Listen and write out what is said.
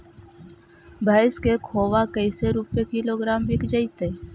भैस के खोबा कैसे रूपये किलोग्राम बिक जइतै?